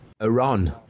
Iran